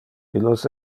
illos